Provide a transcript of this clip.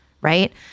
right